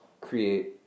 create